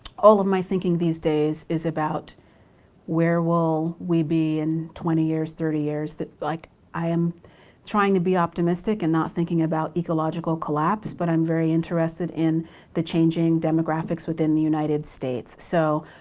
all of my thinking these days is about where will we be in twenty years, thirty years? like i am trying to be optimistic and not thinking about ecological collapse, but i'm very interested in the changing demographics within the united states. so,